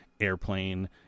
Airplane